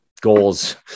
goals